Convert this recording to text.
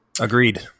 Agreed